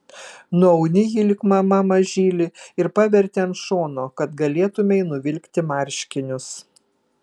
nuauni jį lyg mama mažylį ir paverti ant šono kad galėtumei nuvilkti marškinius